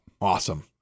Awesome